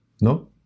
No